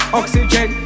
oxygen